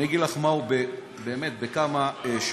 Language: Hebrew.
אני אגיד לך מהו באמת, בכמה שורות.